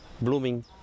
blooming